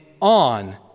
on